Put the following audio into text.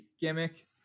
gimmick